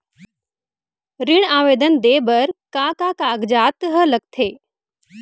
ऋण आवेदन दे बर का का कागजात ह लगथे?